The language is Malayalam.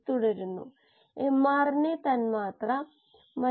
കോശങ്ങൾ അസ്ഥിരമാക്കാമെന്നും നമ്മൾ പറഞ്ഞു